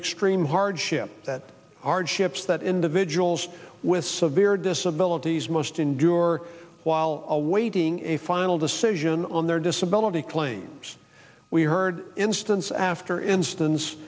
extreme hardship that our ships that individuals with severe disabilities must endure while awaiting a final decision on their disability claims we heard instance after instance